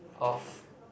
of